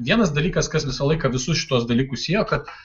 vienas dalykas kas visą laiką visus šituos dalykus siejo kad